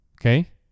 Okay